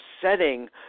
setting